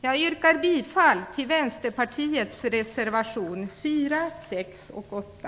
Jag yrkar bifall till Vänsterpartiets reservationer 4, 6 och 8.